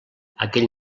aquell